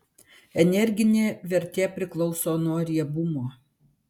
energinė vertė priklauso nuo riebumo